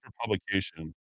publication